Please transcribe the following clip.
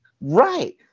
Right